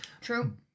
True